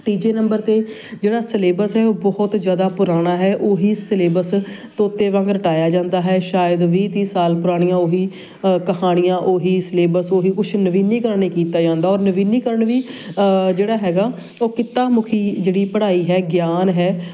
ਤੀਜੇ ਨੰਬਰ 'ਤੇ ਜਿਹੜਾ ਸਿਲੇਬਸ ਹੈ ਉਹ ਬਹੁਤ ਜ਼ਿਆਦਾ ਪੁਰਾਣਾ ਹੈ ਉਹੀ ਸਿਲੇਬਸ ਤੋਤੇ ਵਾਂਗ ਰਟਾਇਆ ਜਾਂਦਾ ਹੈ ਸ਼ਾਇਦ ਵੀਹ ਤੀਹ ਸਾਲ ਪੁਰਾਣੀਆਂ ਉਹੀ ਕਹਾਣੀਆਂ ਉਹੀ ਸਿਲੇਬਸ ਉਹੀ ਉਸ ਨਵੀਨੀਕਰਨ ਨੇ ਕੀਤਾ ਜਾਂਦਾ ਔਰ ਨਵੀਨੀਕਰਨ ਵੀ ਜਿਹੜਾ ਹੈਗਾ ਉਹ ਕਿੱਤਾ ਮੁਖੀ ਜਿਹੜੀ ਪੜ੍ਹਾਈ ਹੈ ਗਿਆਨ ਹੈ